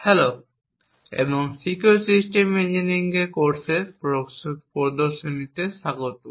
hello এবং secure system engineering এর কোর্সে এই প্রদর্শনীতে স্বাগতম